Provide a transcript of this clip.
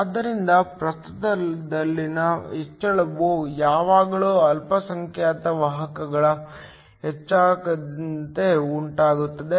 ಆದ್ದರಿಂದ ಪ್ರಸ್ತುತದಲ್ಲಿನ ಹೆಚ್ಚಳವು ಯಾವಾಗಲೂ ಅಲ್ಪಸಂಖ್ಯಾತ ವಾಹಕಗಳ ಹೆಚ್ಚಳದಿಂದ ಉಂಟಾಗುತ್ತದೆ